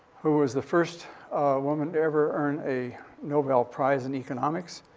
who was the first woman to ever earn a nobel prize in economics,